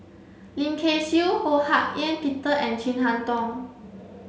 Lim Kay Siu Ho Hak Ean Peter and Chin Harn Tong